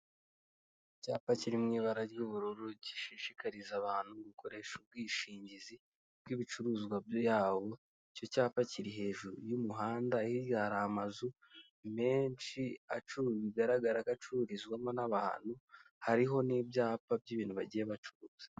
Icyapa kiri mu ibara ry'ubururu gishishikariza abantu gukoresha ubwishingizi bw'ibicuruzwa byawo icyo cyapa kiri hejuru y'umuhanda hirya hari amazu menshi acuru bigaragara acururizwamo n'abantu hariho n'ibyapa by'ibintu bagiye bacuruza.